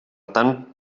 tant